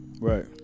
Right